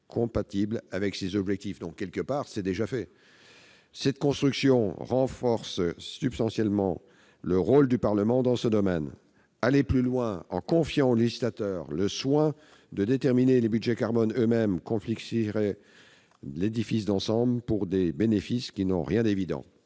compatibles avec ces objectifs. Cela signifie que les amendements identiques sont déjà satisfaits ! Cette construction renforce substantiellement le rôle du Parlement dans ce domaine. Aller plus loin, en confiant au législateur le soin de déterminer les budgets carbone eux-mêmes, complexifierait l'édifice d'ensemble pour des bénéfices qui n'ont rien d'évident.